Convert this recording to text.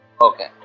Okay